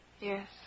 Yes